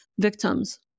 victims